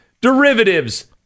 derivatives